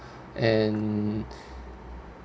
and